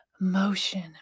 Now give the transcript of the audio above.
Motion